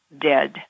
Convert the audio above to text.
dead